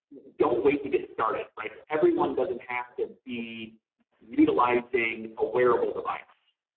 don't wait to get started, right. everyone doesn't have to be utilizing a wearable device.